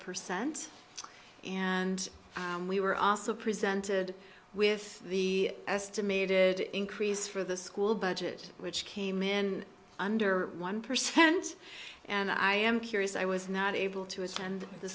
percent and we were also presented with the estimated increase for the school budget which came in under one percent and i am curious i was not able to attend the